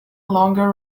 longer